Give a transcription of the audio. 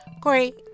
Corey